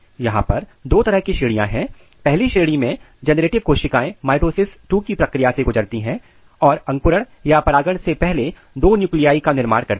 यहां पर दो तरह की श्रेणियां हैं पहली श्रेणी मैं जेनरेटिव कोशिकाएं माइटोसिस II की प्रक्रिया से गुजरती हैं और अंकुरण या परागण से पहले दो न्यूक्लिआई का निर्माण करती हैं